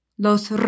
Los